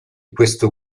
questo